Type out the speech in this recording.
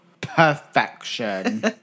Perfection